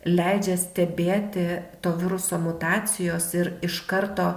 leidžia stebėti to viruso mutacijos ir iš karto